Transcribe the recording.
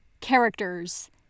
characters